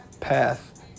path